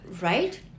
right